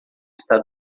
está